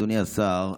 אדוני השר,